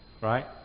Right